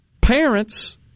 parents